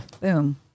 Boom